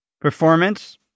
Performance